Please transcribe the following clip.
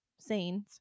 scenes